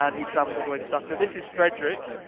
who travelled all the way to sakata. this is frederick,